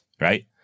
right